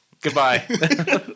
Goodbye